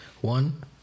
One